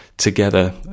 together